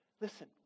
Listen